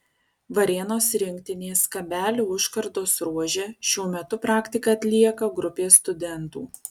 varėnos rinktinės kabelių užkardos ruože šiuo metu praktiką atlieka grupė studentų